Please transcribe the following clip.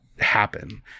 happen